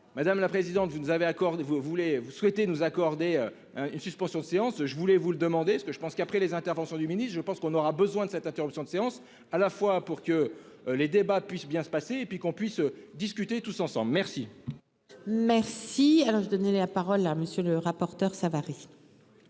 accordez vous voulez vous souhaitez nous accorder une suspension de séance. Je voulais vous le demander, ce que je pense qu'après les interventions du je pense qu'on aura besoin de cette interruption de séance à la fois pour que les débats puissent bien se passer et puis qu'on puisse discuter tous ensemble. Merci. Merci. Alors je donne la parole à monsieur le rapporteur. Savary.